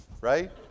right